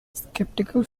sceptical